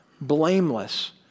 blameless